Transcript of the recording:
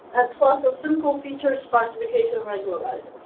and plus a simple feature sparsification regularizer.